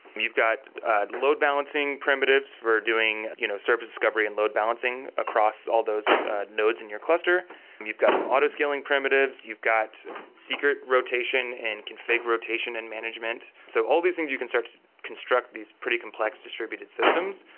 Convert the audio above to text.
you've got load balancing primitives for doing you know service discovery and load balancing across all those nodes in your cluster and you've got some auto scaling primitives, you've got secret rotation and config rotation and management. so all these things, you can start to construct these pretty complex distributed systems.